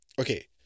okay